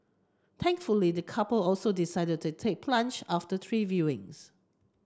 thankfully the couple also decided to take plunge after three viewings